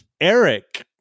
Eric